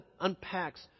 unpacks